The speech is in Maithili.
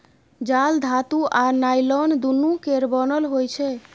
जाल धातु आ नॉयलान दुनु केर बनल होइ छै